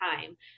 time